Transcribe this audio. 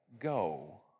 go